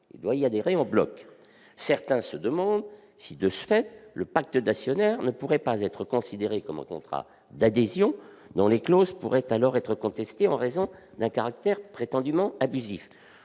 il doit y adhérer en bloc. Certains se demandent si, de ce fait, le pacte d'actionnaires ne pourrait pas être considéré comme un contrat d'adhésion, dont les clauses pourraient alors être contestées en raison d'un caractère prétendument abusif.